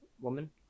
woman